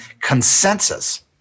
consensus